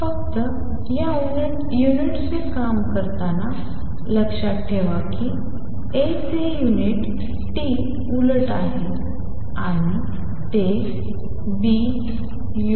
फक्त या युनिट्सचे काम करताना लक्षात ठेवा की A चे युनिट T उलट आहे आणि ते Bu